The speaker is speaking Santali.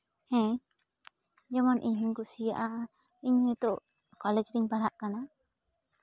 ᱦᱮᱸ ᱡᱮᱢᱚᱱ ᱤᱧ ᱦᱚᱸᱧ ᱠᱩᱥᱤᱭᱟᱜᱼᱟ ᱤᱧ ᱱᱤᱛᱚᱜ ᱠᱚᱞᱮᱡᱽ ᱨᱮᱧ ᱯᱟᱲᱦᱟᱜ ᱠᱟᱱᱟ